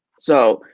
so,